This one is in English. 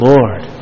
Lord